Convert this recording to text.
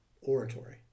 oratory